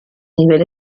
nivel